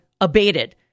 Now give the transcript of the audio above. abated